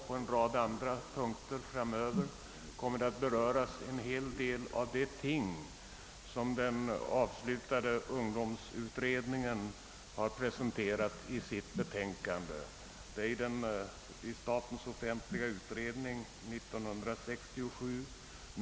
På en rad andra punkter kommer likaså att beröras en hel del av de förslag som den avslutade ungdomsutredningen har presenterat i sitt betänkande, nr 19 i statens offentliga utredningar år 1967.